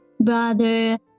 brother